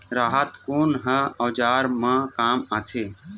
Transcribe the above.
राहत कोन ह औजार मा काम आथे?